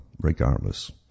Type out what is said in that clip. regardless